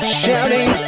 shouting